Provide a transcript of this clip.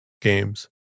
games